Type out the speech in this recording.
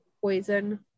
poison